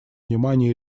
внимания